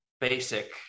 basic